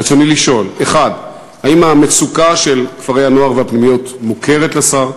רצוני לשאול: 1. האם המצוקה של כפרי-הנוער והפנימיות מוכרת לשר?